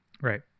right